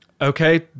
Okay